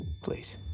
Please